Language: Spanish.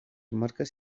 marcas